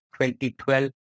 2012